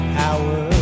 power